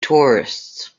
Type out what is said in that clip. tourists